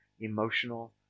emotional